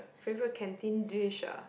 favourite canteen dish ah